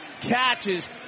catches